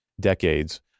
decades